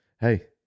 hey